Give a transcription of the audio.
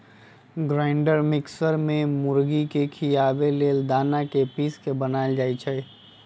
grinder mixer में मुर्गी के खियाबे लेल दना के पिस के बनाएल जाइ छइ